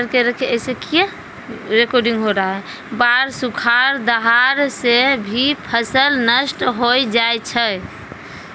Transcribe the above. बाढ़, सुखाड़, दहाड़ सें भी फसल नष्ट होय जाय छै